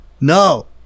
No